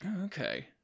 Okay